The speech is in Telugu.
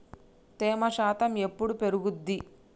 తేమ శాతం ఎప్పుడు పెరుగుద్ది?